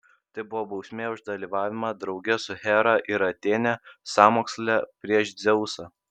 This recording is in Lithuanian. tai buvo bausmė už dalyvavimą drauge su hera ir atėne sąmoksle prieš dzeusą